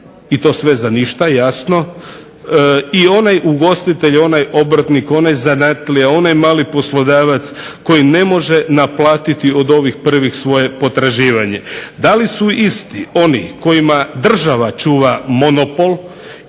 i to sve za ništa jasno i onaj ugostitelj, onaj obrtnik, onaj zanatlija, onaj mali poslodavac koji ne može naplatiti od ovih prvih svoje potraživanje. Da li su isti oni kojima država čuva monopol